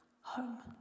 home